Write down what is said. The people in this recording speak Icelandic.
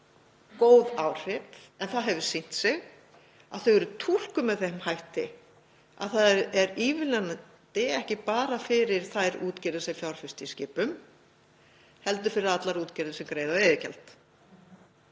góð áhrif. Það hefur þó sýnt sig að þau eru túlkuð með þeim hætti að ívilnanir séu ekki bara fyrir þær útgerðir sem fjárfesta í skipum heldur fyrir allar útgerðir sem greiða veiðigjald.